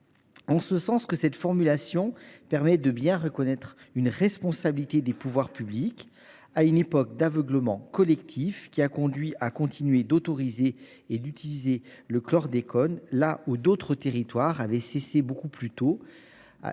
En effet, cette rédaction permet de bien reconnaître une responsabilité des pouvoirs publics, à une époque d’aveuglement collectif ayant conduit à continuer d’autoriser et d’utiliser le chlordécone, alors que d’autres territoires avaient cessé bien plus tôt